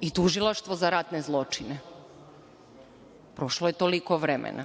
i Tužilaštvo za ratne zločine. Prošlo je toliko vremena.